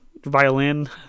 Violin